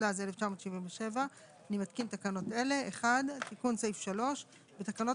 התשל"ז-1977 אני מתקין תקנות אלה: תיקון סעיף 3 בתקנות